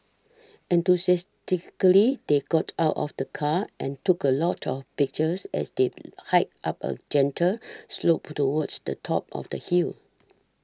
enthusiastically they got out of the car and took a lot of pictures as they hiked up a gentle slope towards the top of the hill